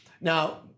Now